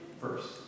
first